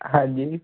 ਹਾਂਜੀ